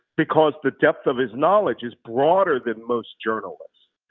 because the depth of his knowledge is broader than most journalists.